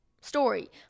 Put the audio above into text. story